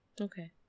Okay